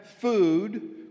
food